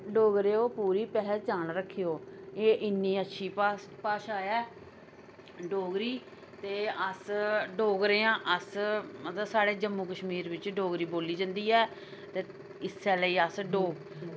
डोगरेओ पूरी पहचान रक्खेओ एह् इ'न्नी अच्छी भाशा ऐ डोगरी ते अस डोगरे आं अस मतलब साढ़े जम्मू कश्मीर बिच डोगरी बोली जंदी ऐ ते इस्सै लेई अस डोग